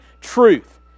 truth